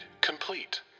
complete